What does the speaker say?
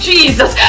Jesus